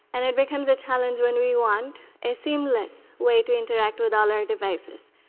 and it becomes a challenge when we want a seamless way to interact with all our devices.